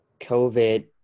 COVID